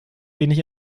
wenig